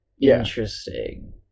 Interesting